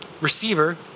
receiver